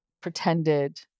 pretended